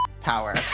power